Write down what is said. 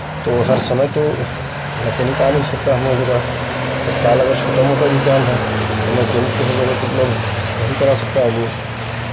तो हर समय तो मैकेनिक आ नहीं सकता हम लोग के पास तत्काल अगर छोटा मोटा भी काम है तो मैकेनिक को तो हर जगह उपलब्ध नहीं करा सकता आदमी